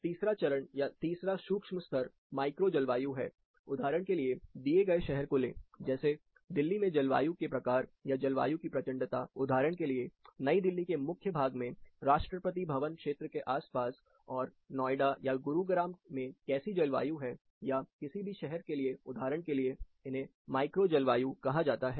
तीसरा चरण या तीसरा सूक्ष्म स्तर माइक्रो जलवायु है उदाहरण के लिए दिए गए शहर को लें जैसे दिल्ली में जलवायु प्रकार या जलवायु की प्रचंडता उदाहरण के लिए नई दिल्ली के मुख्य भाग में राष्ट्रपति भवन क्षेत्र के आसपास और नोएडा या गुरुग्राम मैं कैसी जलवायु है या किसी भी शहर के लिए उदाहरण के लिए इन्हें माइक्रो जलवायु कहा जाता है